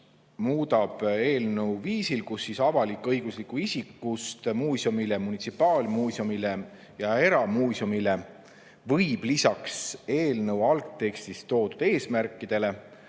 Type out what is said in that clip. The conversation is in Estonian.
muudab eelnõu sel viisil, et avalik-õiguslikust isikust muuseumile, munitsipaalmuuseumile ja eramuuseumile võib lisaks eelnõu algtekstis toodud eesmärkidele